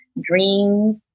dreams